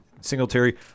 Singletary